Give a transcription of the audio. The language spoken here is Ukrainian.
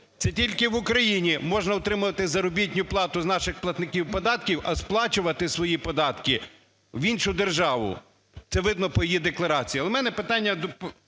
Це тільки в Україні можна отримувати заробітну плату з наших платників податків, а сплачувати свої податки в іншу державу, це видно по її декларації.